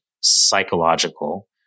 psychological